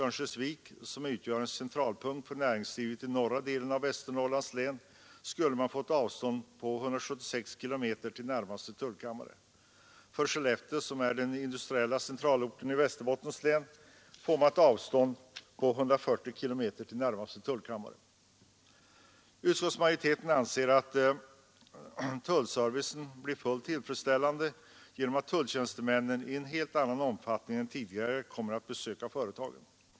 Örnsköldsvik, som utgör en centralpunkt för näringslivet i norra delen av Västernorrlands län, skulle exempelvis få ett avstånd på 176 km till närmaste tullkammare. I Skellefteå, som är den industriella centralorten i Västerbottens län, får man ett avstånd av 140 km till närmaste tullkammare. Utskottsmajoriteten anser att tullservicen blir fullt tillfredsställande genom att tulltjänstemännen i en helt annan omfattning än tidigare kommer att besöka företagen.